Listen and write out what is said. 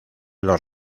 los